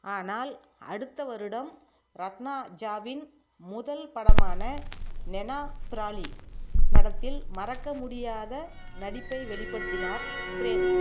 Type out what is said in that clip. ஆனால் அடுத்த வருடம் ரத்னா ஜாவின் முதல் படமான நெனாபிராலி படத்தில் மறக்க முடியாத நடிப்பை வெளிப்படுத்தினார் பிரேம்